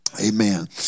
Amen